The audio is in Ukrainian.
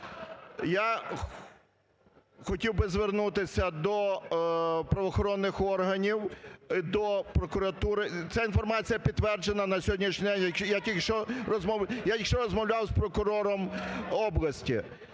Я хотів би звернутися до правоохоронних органів, до прокуратури… Ця інформація підтверджена на сьогоднішній день, я тільки що розмовляв з прокурором області.